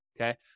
okay